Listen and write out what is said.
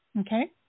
Okay